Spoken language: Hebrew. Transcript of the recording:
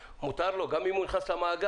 מותר לו, גם אם הוא נכנס למאגר.